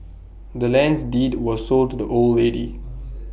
the land's deed was sold to the old lady